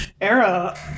era